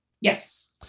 Yes